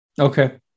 Okay